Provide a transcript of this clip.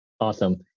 Awesome